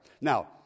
Now